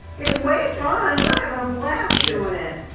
it's way fun. we're havin' a blast doin' it.